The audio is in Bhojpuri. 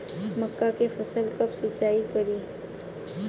मका के फ़सल कब सिंचाई करी?